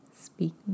Speaking